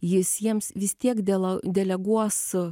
jis jiems vis tiek dėl deleguos